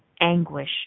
anguish